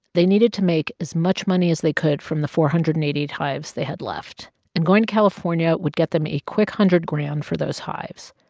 they needed to make as much money as they could from the four hundred and eighty eight hives they had left and going to california would get them a quick hundred grand for those hives.